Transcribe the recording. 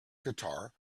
guitar